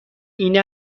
این